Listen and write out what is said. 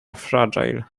fragile